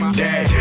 day